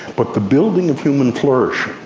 but the building of human flourishing,